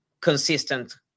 consistent